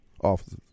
officers